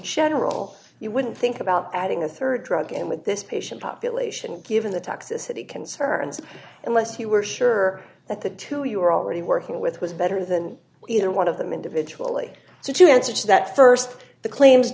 general you wouldn't think about adding a rd drug in with this patient population given the toxicity concerns unless you were sure that the two you were already working with was better than either one of them individually so to answer to that st the claims